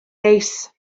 neis